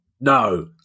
no